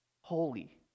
holy